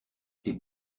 les